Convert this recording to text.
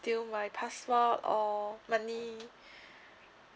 steal my passport or money